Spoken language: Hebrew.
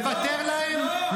לוותר להם?